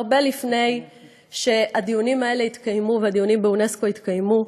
הרבה לפני שהדיונים האלה התקיימו והדיונים באונסק"ו התקיימו,